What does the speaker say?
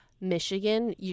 Michigan